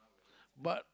but